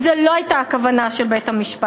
זו לא הייתה הכוונה של בית-המשפט.